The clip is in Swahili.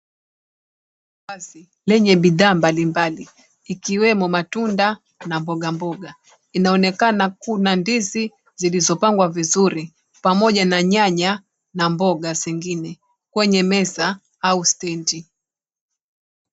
Lenye bidhaa mbalimbali ikiwemo matunda na mboga mboga. Inaonekana kuna ndizi zilizopangwa vizuri pamoja na nyanya na mboga zingine kwenye meza au stendi.